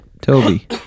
Toby